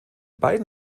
beiden